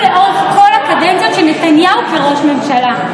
לאורך כל הקדנציה של נתניהו כראש ממשלה.